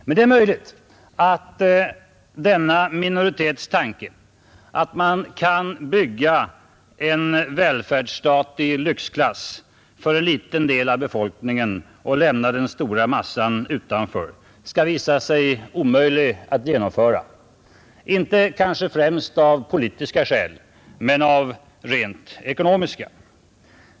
Men det är möjligt att denna minoritets tanke att man kan bygga en välfärdsstat i lyxklass för en liten del av befolkningen och lämna den stora massan utanför skall visa sig omöjlig att genomföra, inte kanske främst av politiska skäl men av rent ekonomiska.